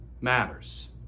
matters